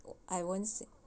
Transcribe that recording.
I won't say